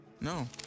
no